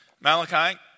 Malachi